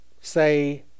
say